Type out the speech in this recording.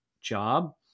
job